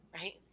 right